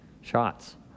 shots